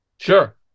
Sure